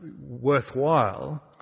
worthwhile